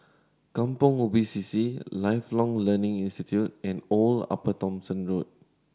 Kampong Ubi C C Lifelong Learning Institute and Old Upper Thomson Road